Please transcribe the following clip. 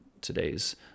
today's